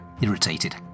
irritated